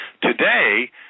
today